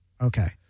Okay